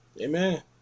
Amen